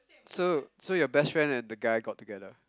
so so your best friend and the guy got together